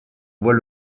voient